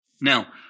Now